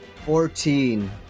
Fourteen